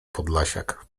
podlasiak